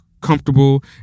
comfortable